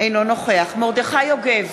אינו נוכח מרדכי יוגב,